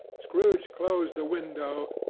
scrooge closed the window,